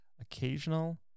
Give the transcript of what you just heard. occasional